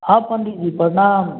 हँ पण्डीजी प्रणाम